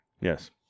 Yes